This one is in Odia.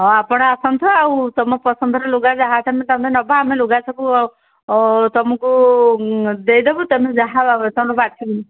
ହଁ ଆପଣ ଆସନ୍ତୁ ଆଉ ତୁମ ପସନ୍ଦର ଲୁଗା ଯାହା ତୁମେ ନେବ ଆମେ ଲୁଗା ସବୁ ତୁମକୁ ଦେଇଦେବୁ ତୁମେ ଯାହା ତମ ବାଛିକି